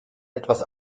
etwas